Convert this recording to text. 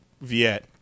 Viet